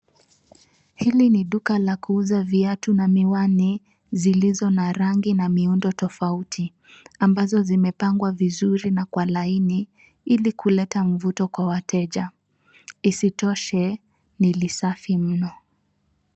Hili ni duka la kuuza viatu na miwani zilizo na rangi na miundo tofauti ambazo zimepangwa vizuri na kwa laini ili kuleta mvuto kwa wateja. Isitoshe, ni safi mno.